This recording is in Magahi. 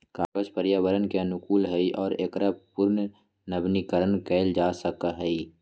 कागज पर्यावरण के अनुकूल हई और एकरा पुनर्नवीनीकरण कइल जा सका हई